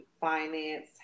finance